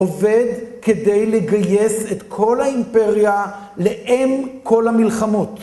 עובד כדי לגייס את כל האימפריה לאם כל המלחמות.